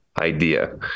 idea